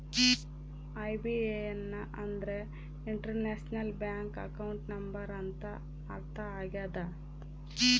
IBAN ಅಂದ್ರೆ international bank account number ಅಂತ ಅರ್ಥ ಆಗ್ಯದ